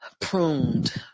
pruned